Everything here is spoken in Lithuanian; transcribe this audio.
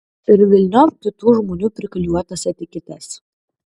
ir velniop kitų žmonių priklijuotas etiketes